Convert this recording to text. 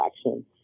action